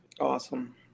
Awesome